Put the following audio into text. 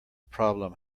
problem